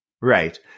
Right